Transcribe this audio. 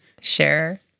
Share